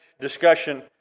discussion